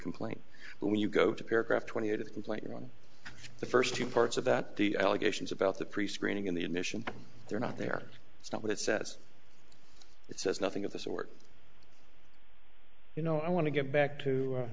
complaint but when you go to paragraph twenty eight of the complaint one of the first two parts of that the allegations about the prescreening in the admission they're not there it's not what it says it says nothing of the sort you know i want to get back to